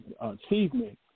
achievement